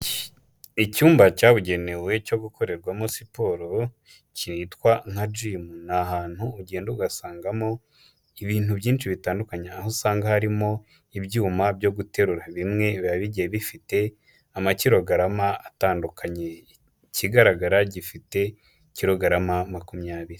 Icyumba cyabugenewe cyo gukorerwamo siporo, kitwa nka Jimu. Ni ahantu ugenda ugasangamo ibintu byinshi bitandukanye, hari aho usanga harimo ibyuma byo guterura, bimwe biba bigiye bifite amakilogarama atandukanye, ikigaragara gifite kilogarama makumyabiri.